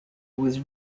was